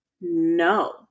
no